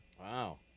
Wow